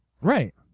Right